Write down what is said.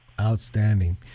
Outstanding